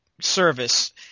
service